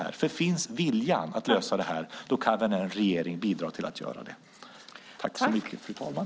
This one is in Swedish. Om viljan finns att finna en lösning kan regeringen bidra till den.